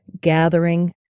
gathering